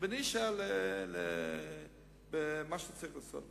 בלי שאלה למה שצריך לעשות.